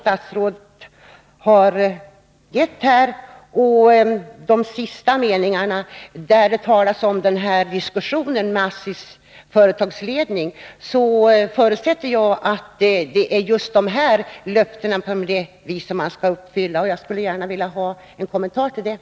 Efter genomläsning av de två sista meningarna i statsrådets svar där det talas om diskussionen med ASSI:s företagsledning förutsätter jag att det är just dessa löften som skall uppfyllas. Jag skulle gärna vilja ha en kommentar till detta.